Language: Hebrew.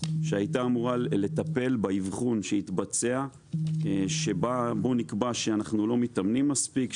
שהיתה אמורה לטפל באבחון שהתבצע שבו נקבע שאנחנו לא מתאמנים מספיק,